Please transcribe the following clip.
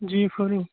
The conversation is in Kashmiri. جی فرمٲیِو